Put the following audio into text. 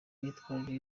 imyitwarire